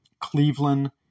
Cleveland